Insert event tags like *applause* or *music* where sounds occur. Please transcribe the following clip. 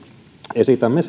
esitämme *unintelligible*